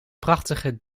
prachtige